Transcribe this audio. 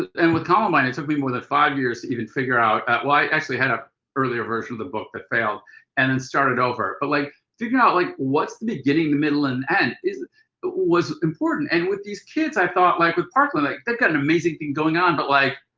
and with columbine, it took me more than five years to even figure out out well i actually had an ah earlier version of the book that failed and then started over. but like figuring out like what's the beginning, the middle and end is was important. and with these kids, i thought like with parkland like they've got an amazing thing going on. but like